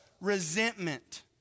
resentment